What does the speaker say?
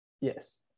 Yes